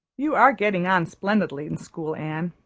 you are getting on splendidly in school, anne.